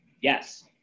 Yes